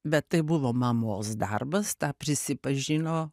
bet tai buvo mamos darbas tą prisipažino